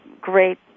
great